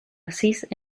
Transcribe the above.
asís